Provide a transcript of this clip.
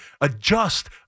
Adjust